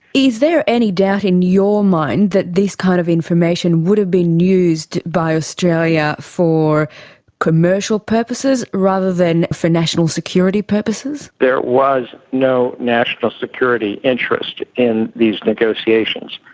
is there any doubt in your mind that this kind of information would have been used by australia for commercial purposes rather than for national security purposes? there was no national security interest in these negotiations.